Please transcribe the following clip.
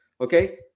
Okay